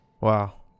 Wow